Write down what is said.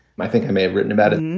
i think i may have written about it. and